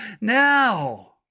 Now